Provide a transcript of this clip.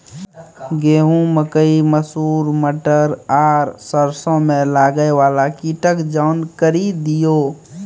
गेहूँ, मकई, मसूर, मटर आर सरसों मे लागै वाला कीटक जानकरी दियो?